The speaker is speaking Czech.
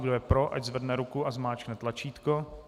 Kdo je pro, ať zvedne ruku a zmáčkne tlačítko.